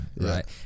right